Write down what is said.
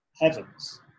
heavens